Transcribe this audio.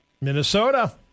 Minnesota